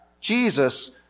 Jesus